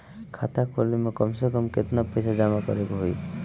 खाता खोले में कम से कम केतना पइसा जमा करे के होई?